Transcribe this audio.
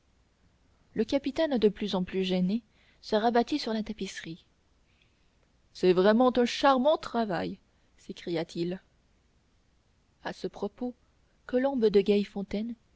le capitaine de plus en plus gêné se rabattit sur la tapisserie c'est vraiment un charmant travail s'écria-t-il à ce propos colombe de